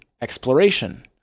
exploration